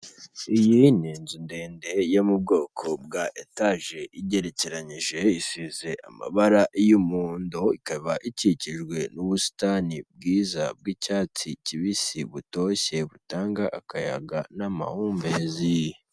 Iyi ni inzu ndende yo mu bwoko bwa etage igerekeranyije, isize amabara y'umuhondo ikaba ikikijwe n'ubusitani bwiza bw'icyatsi kibisi butoshye butanga akayaga n'amahumbezi.